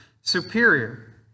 superior